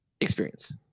experience